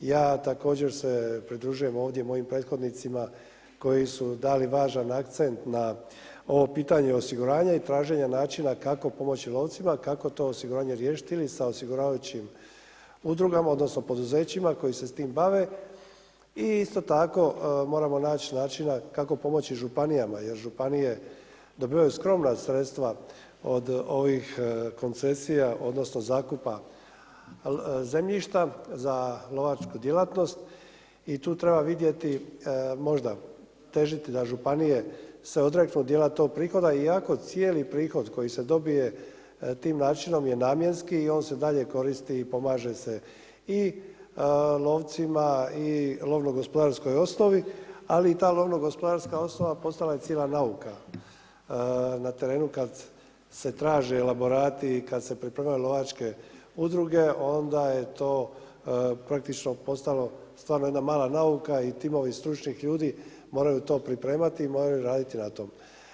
Ja također se pridružujem mojim prethodnicima koji su dali važan akcent na ovo pitanje osiguranja i traženja načina kako pomoći lovcima, kako to osiguranje riješiti ili sa osiguravajućim udrugama, odnosno poduzećima koji se s tim bave i isto tako moramo naći načina kako pomoći županijama jer županije dobivaju skromna sredstva od ovih koncesija, odnosno zakupa zemljišta za lovačku djelatnost i tu treba vidjeti možda težiti da županije se odreknu dijela tog prihoda i ako cijeli prihod koji se dobije tim načinom je namjenski i on se dalje koristi i pomaže se i lovcima i lovnogospodarskoj osnovi, ali i ta lovnogospodarska osnova postala je cijela nauka na terenu kada se traže elaborati i kada se … lovačke udruge onda je to praktično postalo stvarno jedna mala nauka i timovi stručnih ljudi moraju to pripremati i moraju raditi na tome.